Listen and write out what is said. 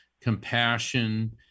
compassion